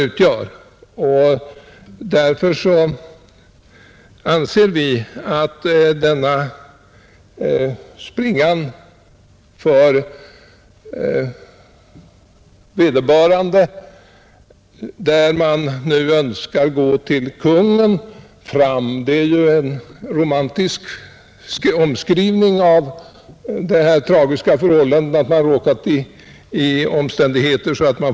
Vi har därför ansett att en smal springa bör finnas för den som önskar ”gå till Kungen fram” — som ju är en romantisk omskrivning för det ofta tragiska förhållandet att man råkat hamna i ett läge där man måste få sin rätt prövad.